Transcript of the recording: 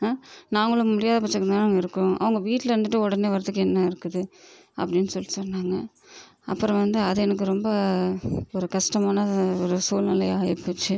ஆ நாங்களும் முடியாதபட்சத்தில் தானே இருக்கோம் அவங்க வீட்டிலருந்துட்டு உடனே வரதுக்கு என்ன இருக்குது அப்படின்னு சொல்லிட்டு சொன்னாங்க அப்புறம் வந்து அது எனக்கு ரொம்ப ஒரு கஷ்டமான ஒரு சூழ்நிலையா இருந்துச்சு